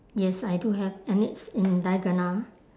yes I do have and it's in diagonal